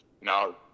no